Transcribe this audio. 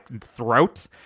throat